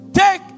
take